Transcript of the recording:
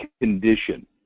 condition